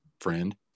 friend